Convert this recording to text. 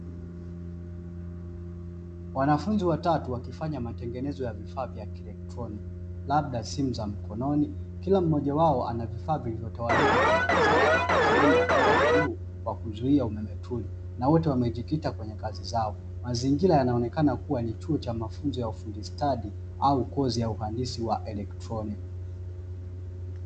Wanafunzi watatu wakifanya matengenezo ya vifaa vya kieletroniki labda simu za mkononi. Kila mmoja wao ana viafaa vilivyotawanyika kwenye meza yake ikiwemo ubao wa bluu ya kuzuia umeme tuli, na wote wamejikita kwenye kazi zao. Mazingira yanaonekana kuwa ni chuo cha mafunzo ya ufundi stadi au kozi ya uhandisi wa eletroniki.